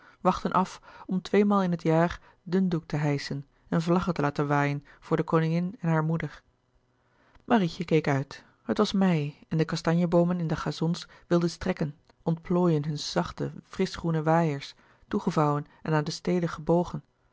wachtten af om tweemaal louis couperus de boeken der kleine zielen in het jaar dundoek te hijschen en vlaggen te laten waaien voor de koningin en hare moeder marietje keek uit het was mei en de kastanje boomen in de gazons wilden strekken ontplooien hun zachte frischgroene waaiers toegevouwen en aan de stelen gebogen